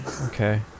Okay